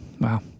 Wow